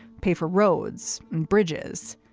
pay for roads and bridges.